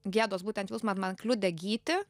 gėdos būtent jausmas man kliudė gyti